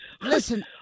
Listen